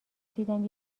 دیدم